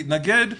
להתנגד,